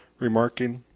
remarking,